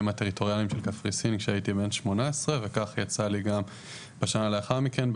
הטריטוריאליים של קפריסין כשהייתי בן 18 וכך יצא לי גם בשנה לאחר מכן,